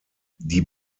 die